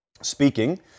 speaking